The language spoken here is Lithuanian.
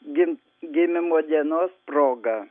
gim gimimo dienos proga